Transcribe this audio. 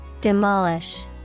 demolish